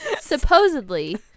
Supposedly